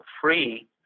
free